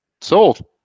Sold